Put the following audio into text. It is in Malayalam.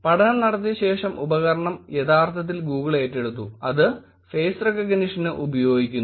പഠനം നടത്തിയ ശേഷം ഉപകരണം യഥാർത്ഥത്തിൽ ഗൂഗിൾ ഏറ്റെടുത്തു അത് ഫേസ്റെക്കഗ്നിഷന് ഉപയോഗിക്കുന്നു